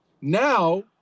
Now